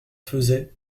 faisait